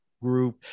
group